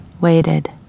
waited